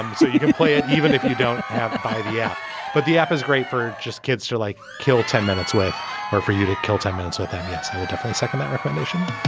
um so you can play it even if you don't have to buy the app but the app is great for just kids to like kill ten minutes with her for you to kill ten minutes with them yes i would definitely second that recommendation